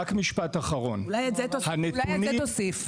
אולי את זה תוסיף.